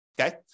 okay